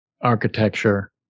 architecture